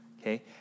okay